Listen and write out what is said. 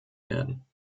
werden